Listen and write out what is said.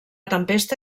tempesta